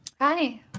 Hi